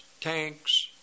tanks